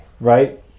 right